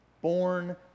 born